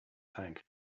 tank